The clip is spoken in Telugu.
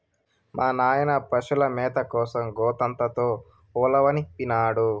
మా నాయన పశుల మేత కోసం గోతంతో ఉలవనిపినాడు